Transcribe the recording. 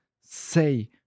say